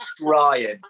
trying